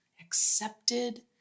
accepted